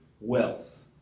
wealth